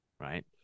right